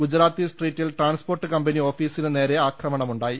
ഗുജറാത്തി സ്ട്രീറ്റിൽ transport company ഓഫീസിന് നേരെ ആക്രമണ മുണ്ടായി